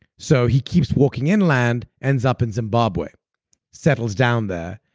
so, he keeps walking inland, ends up in zimbabwe settles down there.